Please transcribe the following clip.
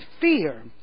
fear